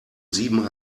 sieben